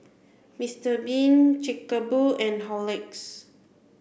Mister bean Chic a Boo and Horlicks